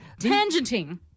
tangenting